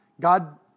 God